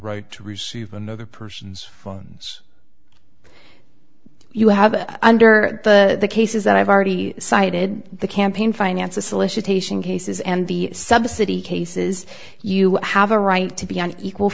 right to receive another person's phones you have under the cases that i've already cited the campaign finance a solicitation cases and the subsidy cases you have a right to be on equal